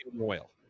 oil